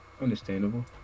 Understandable